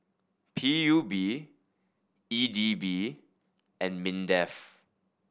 P U B E D B and MINDEF